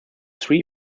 three